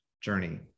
journey